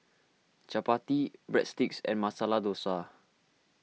Chapati Breadsticks and Masala Dosa